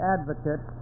Advocate